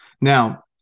Now